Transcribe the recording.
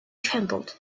trembled